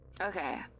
okay